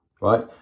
right